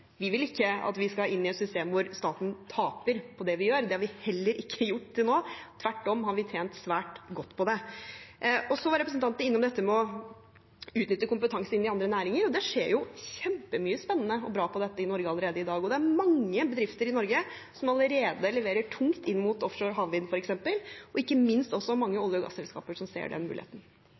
vi vil ikke at vi skal inn i et system hvor staten taper på det vi gjør. Det har vi heller ikke gjort til nå, tvert om har vi tjent svært godt på det. Så var representanten innom dette med å utnytte kompetanse inn i andre næringer. Det skjer jo kjempemye spennende og bra på dette i Norge allerede i dag. Det er mange bedrifter i Norge som allerede leverer tungt inn mot f.eks. offshore havvind, og ikke minst er det også mange olje- og gasselskaper som ser den muligheten.